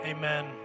Amen